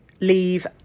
leave